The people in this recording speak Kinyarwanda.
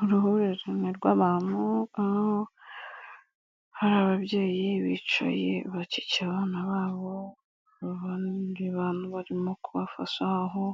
Uruhurirane rw'abantu, aho hari ababyeyi bicaye bakikiye abana babo. Hari abandi bantu barimo kubafasha, aho